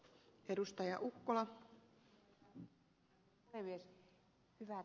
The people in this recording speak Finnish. hyvät edustajat